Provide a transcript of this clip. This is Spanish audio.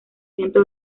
ciento